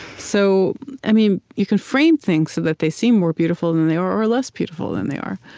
so i mean you can frame things so that they seem more beautiful than they are or less beautiful than they are.